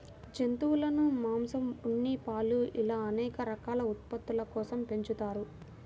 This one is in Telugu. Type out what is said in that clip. జంతువులను మాంసం, ఉన్ని, పాలు ఇలా అనేక రకాల ఉత్పత్తుల కోసం పెంచుతారు